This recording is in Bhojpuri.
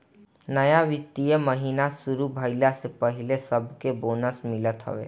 नया वित्तीय महिना शुरू भईला से पहिले सबके बोनस मिलत हवे